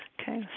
Okay